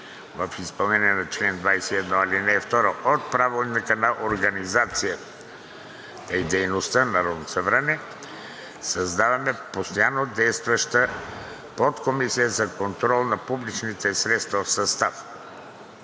в изпълнение на чл. 21, ал. 2 от Правилника за организацията и дейността на Народното събрание създава постоянно действаща подкомисия за контрол на публичните средства в състав: